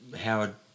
howard